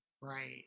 Right